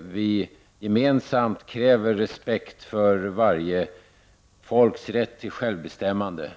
vi gemensamt kräver respekt för varje folks rätt till självbestämmande.